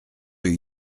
rue